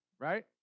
right